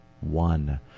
One